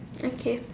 okay